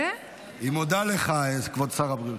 היא מודה לך, כבוד שר הבריאות.